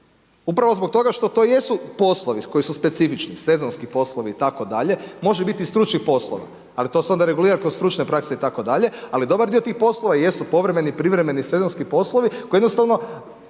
Upravo zbog toga što to jesu poslovi koji su specifični, sezonski poslovi itd. Može biti stručnih poslova, ali to se onda regulira kroz stručne prakse itd., ali dobar dio tih poslova jesu povremeni, privremeni, sezonski poslovi koji jednostavno